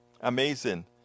Amazing